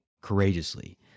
courageously